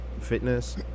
Fitness